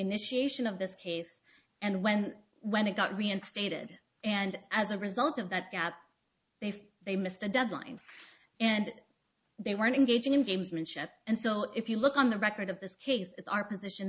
initiation of this case and when when it got reinstated and as a result of that that they felt they missed a deadline and they weren't engaging in gamesmanship and so if you look on the record of this case it's our position